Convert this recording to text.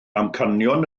amcanion